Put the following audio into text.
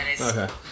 Okay